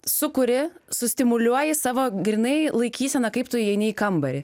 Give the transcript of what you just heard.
sukuri sustimuliuoji savo grynai laikysena kaip tu įeini į kambarį